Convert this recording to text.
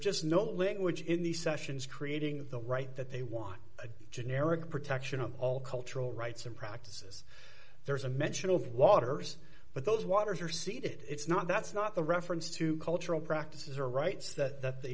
just no language in these sessions creating the right that they want a generic protection of all cultural rights and practices there's a mention of waters but those waters are seen it's not that's not the reference to cultural practices or rights that they